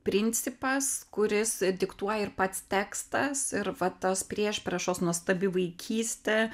principas kuris diktuoja ir pats tekstas ir va tos priešpriešos nuostabi vaikystė